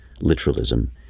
literalism